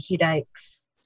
headaches